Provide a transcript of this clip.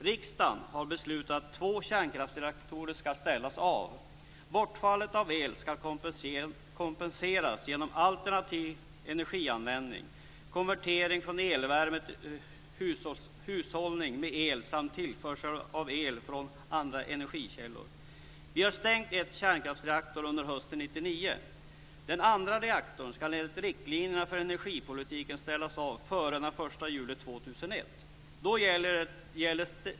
Riksdagen har beslutat att två kärnkraftsreaktorer ska ställas av. Bortfallet av el ska kompenseras genom alternativ energianvändning, konvertering från elvärme, hushållning med el samt tillförsel av el från andra energikällor. Vi har stängt en kärnkraftsreaktor under hösten 1999. Den andra reaktorn ska enligt riktlinjerna för energipolitiken ställas av före den 1 juli 2001.